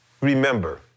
remember